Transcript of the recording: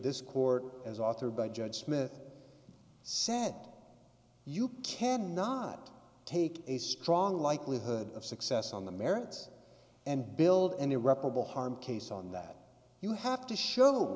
this court as authored by judge smith said you cannot take a strong likelihood of success on the merits and build an irreparable harm case on that you have to show